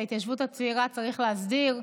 את ההתיישבות הצעירה צריך להסדיר.